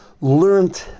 learned